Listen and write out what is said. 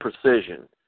precision